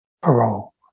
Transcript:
parole